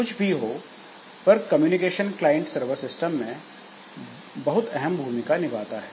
कुछ भी हो पर कम्युनिकेशन क्लाइंट सर्वर सिस्टम में बहुत अहम भूमिका निभाता है